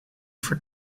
for